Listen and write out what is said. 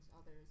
others